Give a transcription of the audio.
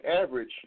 average